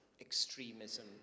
extremism